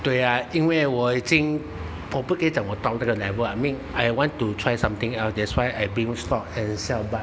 对啊因为我已经我不可以讲我到那个 level lah I mean I want to try something else that's why I bring stock and sell but